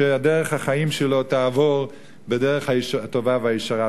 בטוח שדרך החיים שלו תעבור בדרך הטובה והישרה.